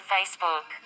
Facebook